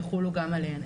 יחולו גם עליהן.